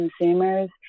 consumers